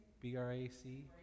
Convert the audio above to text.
B-R-A-C